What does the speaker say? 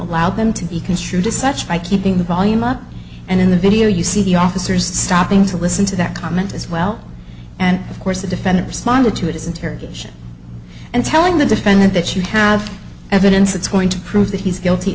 allowed them to be construed as such by keeping the volume up and in the video you see the officers stopping to listen to that comment as well and of course the defendant responded to his interrogation and telling the defendant that you have evidence it's going to prove that he's guilty